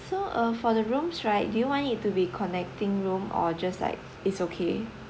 so uh for the rooms right do you want it to be connecting room or just like it's okay